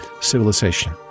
Civilization